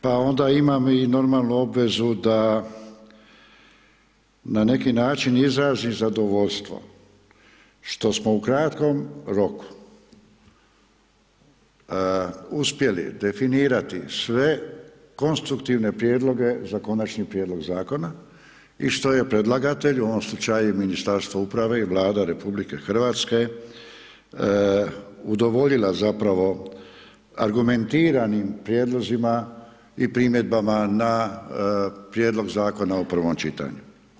Pa onda imam i moralnu obvezu da na neki način, izrazim zadovoljstvo što smo u kratkom roku, uspjeli definirati sve konstruktivne prijedloge, za konačni prijedlog zakona i što je predlagatelj, u ovom slučaju Ministarstvo uprave i Vlada RH, udovoljila zapravo argumentiranim prijedlozima i primjedbama na prijedlog zakona u prvom čitanju.